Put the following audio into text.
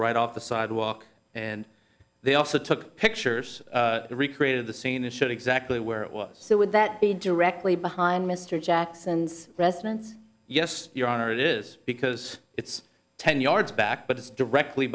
right off the sidewalk and they also took pictures recreated the scene and showed exactly where it was so would that be directly behind mr jackson's residence yes your honor it is because it's ten yards back but it's directly